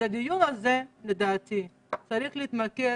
אז הדיון הזה, לדעתי, צריך להתמקד